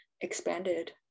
expanded